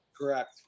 Correct